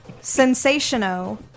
Sensational